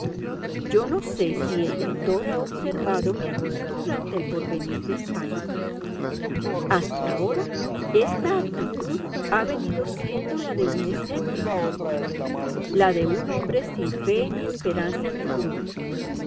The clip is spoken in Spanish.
yo no sé si el lector ha observado mi actitud ante el porvenir de españa hasta ahora esta actitud ha venido siendo la de un escéptico la de un hombre sin fe ni esperanza ningunas